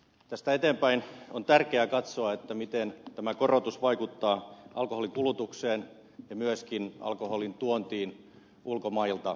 tästä eteenpäin on tärkeää katsoa miten tämä korotus vaikuttaa alkoholin kulutukseen ja myöskin alkoholin tuontiin ulkomailta